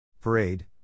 Parade